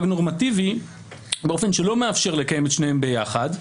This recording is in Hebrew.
נורמטיבי באופן שלא מאפשר לקיים את שניהם ביחד.